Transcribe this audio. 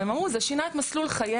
והן אמרו זה שינה את מסלול חיינו.